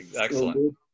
excellent